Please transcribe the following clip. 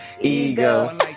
ego